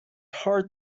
heart